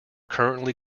currently